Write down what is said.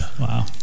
Wow